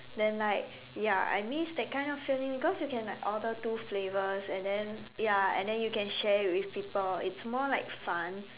then like ya I miss that kind of feeling cause you can like order two flavors and then ya and then you can share with people it's more like fun